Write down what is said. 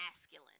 masculine